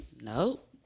Nope